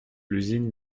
l’usine